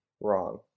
wrong